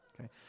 Okay